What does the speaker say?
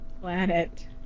Planet